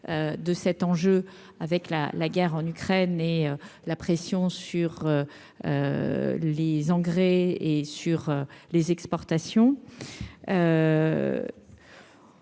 de cet enjeu avec la la guerre en Ukraine et la pression sur les engrais et sur les exportations.